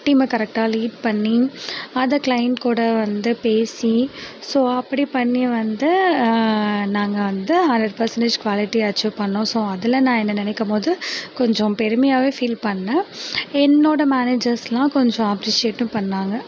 டீமை கரெக்ட்டாக லீட் பண்ணி அதை க்ளைண்ட் கூட வந்து பேசி ஸோ அப்படி பண்ணி வந்து நாங்கள் வந்து ஹண்ட்ரட் பர்சன்டேஜ் குவாலிட்டியை அச்சீவ் பண்ணிணோம் ஸோ அதில் நான் என்ன நினைக்கும் போது கொஞ்சம் பெருமையாகவே ஃபீல் பண்ணிணேன் என்னோடய மேனேஜர்ஸ்ஸெலாம் கொஞ்சம் அப்ரிஷியேட்டும் பண்ணிணாங்க